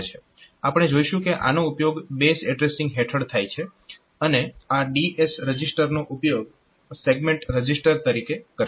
આપણે જોઈશું કે આનો ઉપયોગ બેઝ એડ્રેસીંગ હેઠળ થાય છે અને આ DS રજીસ્ટરનો ઉપયોગ સેગમેન્ટ રજીસ્ટર તરીકે કરશે